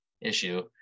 issue